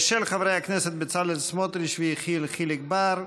של חברי הכנסת בצלאל סמוטריץ ויחיאל חיליק בר.